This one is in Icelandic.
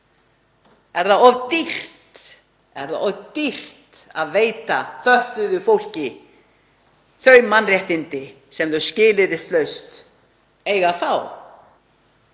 Er það of dýrt að veita fötluðu fólki þau mannréttindi sem það á skilyrðislaust að fá?